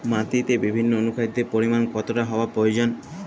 মাটিতে বিভিন্ন অনুখাদ্যের পরিমাণ কতটা হওয়া প্রয়োজন?